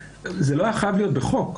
זה לא היה חייב להיות בחוק,